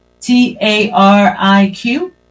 T-A-R-I-Q